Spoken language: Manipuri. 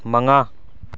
ꯃꯉꯥ